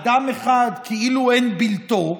אדם אחד, כאילו אין בלתו,